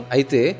Aite